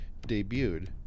debuted